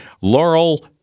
Laurel